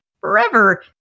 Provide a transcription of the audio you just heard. forever